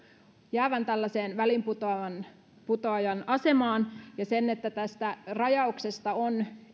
jäävän tällaiseen väliinputoajan asemaan ja se että tästä rajauksesta on